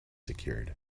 secured